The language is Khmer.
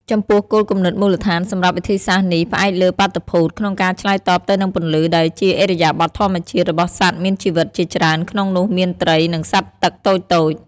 ចំពោះ គោលគំនិតមូលដ្ឋាន សម្រាប់វិធីសាស្រ្តនេះផ្អែកលើបាតុភូត ក្នុងការឆ្លើយតបទៅនឹងពន្លឺ ដែលជាឥរិយាបថធម្មជាតិរបស់សត្វមានជីវិតជាច្រើន ក្នុងនោះមានត្រី និងសត្វទឹកតូចៗ។